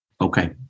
Okay